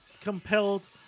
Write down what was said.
compelled